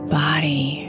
body